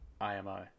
IMO